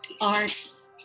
arts